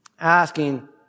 asking